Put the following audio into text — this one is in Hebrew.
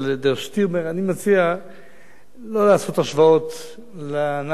אני מציע לא לעשות השוואות לנאצים ולגרמניה.